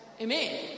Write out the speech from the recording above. Amen